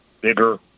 bigger